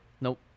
Nope